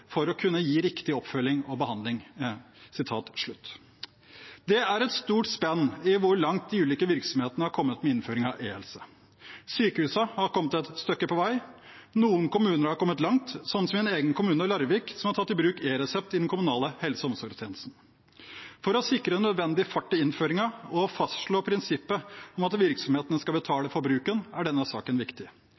for å kunne gi riktig oppfølging og behandling.» Det er et stort spenn i hvor langt de ulike virksomhetene er kommet med innføring av e-helse. Sykehusene har kommet et stykke på vei. Noen kommuner har kommet langt, sånn som min egen kommune, Larvik, som har tatt i bruk e-resept i den kommunale helse- og omsorgstjenesten. For å sikre nødvendig fart i innføringen og fastslå prinsippet om at virksomhetene skal betale for bruken, er denne saken viktig,